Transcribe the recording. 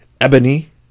Ebony